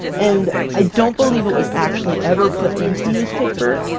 and i don't believe it was actually ever put into newspaper,